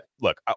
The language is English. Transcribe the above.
look